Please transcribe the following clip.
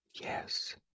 Yes